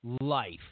life